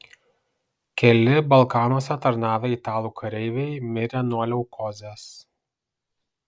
keli balkanuose tarnavę italų kareiviai mirė nuo leukozės